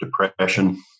depression